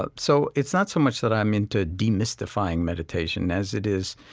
ah so it's not so much that i'm into demystifying meditation, as it is,